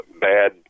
bad